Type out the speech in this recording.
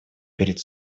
перед